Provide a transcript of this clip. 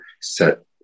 set